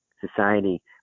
society